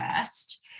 first